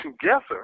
together